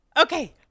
Okay